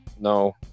no